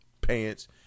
pants